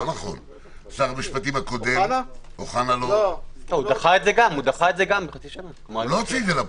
שר המשפטים הקודם אוחנה לא הוציא את זה לפועל.